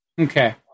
Okay